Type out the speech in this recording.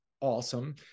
awesome